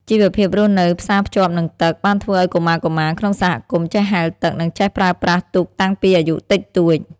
ជីវភាពរស់នៅផ្សារភ្ជាប់នឹងទឹក បានធ្វើឱ្យកុមារៗក្នុងសហគមន៍ចេះហែលទឹក និងចេះប្រើប្រាស់ទូកតាំងពីអាយុតិចតួច។